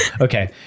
Okay